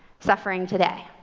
suffering today.